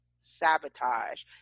sabotage